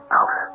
out